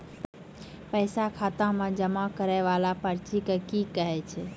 पैसा खाता मे जमा करैय वाला पर्ची के की कहेय छै?